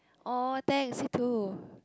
!aw! thanks you too